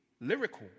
lyrical